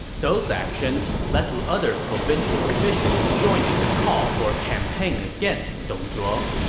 those actions led to other provincial officials joining the call for a campaign against dong zhuo,